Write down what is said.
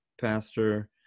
pastor